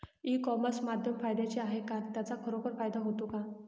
E commerce माध्यम फायद्याचे आहे का? त्याचा खरोखर फायदा होतो का?